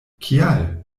kial